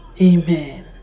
amen